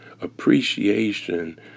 appreciation